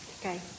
Okay